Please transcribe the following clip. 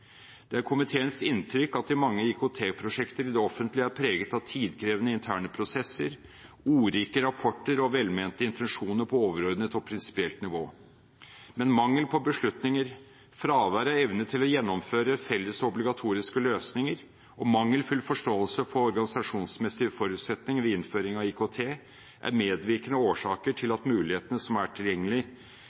Det er komiteens inntrykk at mange IKT-prosjekter i det offentlige er preget av tidkrevende interne prosesser, ordrike rapporter og velmente intensjoner på overordnet og prinsipielt nivå. Mangel på beslutninger, fravær av evne til å gjennomføre felles og obligatoriske løsninger, mangelfull forståelse for organisasjonsmessige forutsetninger ved innføring av IKT, er medvirkende årsaker til at mulighetene som er